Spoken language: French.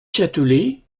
châtelet